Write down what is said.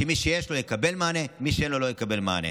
שמי שיש לו יקבל מענה ומי שאין לו לא יקבל מענה.